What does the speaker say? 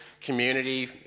community